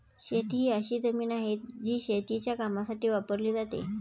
शेती ही अशी जमीन आहे, जी शेतीच्या कामासाठी वापरली जाते